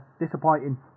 disappointing